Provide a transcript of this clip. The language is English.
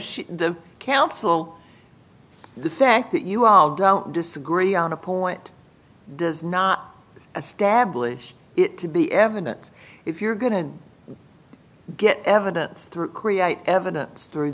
should the council the fact that you all don't disagree on a point does not establish it to be evidence if you're going to get evidence through create evidence through